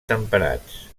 temperats